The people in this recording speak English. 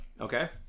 Okay